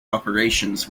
operations